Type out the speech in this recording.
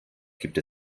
gibt